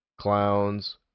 Clowns